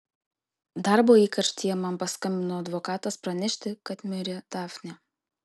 darbo įkarštyje man paskambino advokatas pranešti kad mirė dafnė